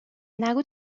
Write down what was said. نگو